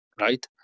right